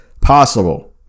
possible